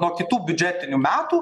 nuo kitų biudžetinių metų